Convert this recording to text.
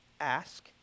ask